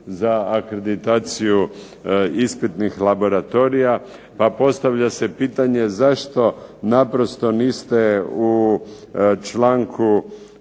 za akreditaciju ispitnih laboratorija. Pa postavlja se pitanje zašto naprosto niste u članku